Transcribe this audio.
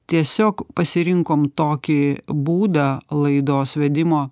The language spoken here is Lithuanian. tiesiog pasirinkom tokį būdą laidos vedimo